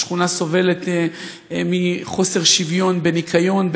השכונה סובלת מחוסר שוויון בניקיון,